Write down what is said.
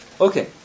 Okay